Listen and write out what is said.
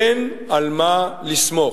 אין לו על מה לסמוך.